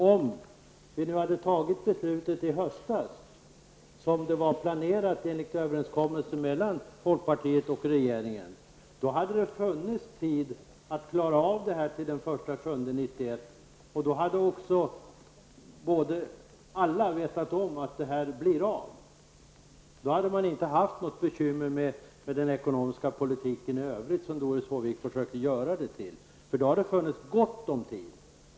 Om vi nu hade fattat beslutet i höstas, som det enligt överenskommelsen mellan folkpartiet och regeringen var planerat, hade det funnits tid att klara av detta till den 1 juli 1991, och då hade också alla vetat om att detta skulle bli av. Då hade man inte haft något bekymmer med den ekonomiska politiken i övrigt, som Doris Håvik försöker göra det till, eftersom det då hade funnits gott om tid.